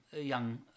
young